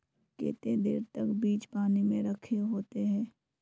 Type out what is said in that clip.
केते देर तक बीज पानी में रखे होते हैं?